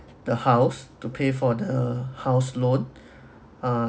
the house to pay for the house loan ah